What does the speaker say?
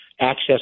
access